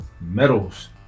medals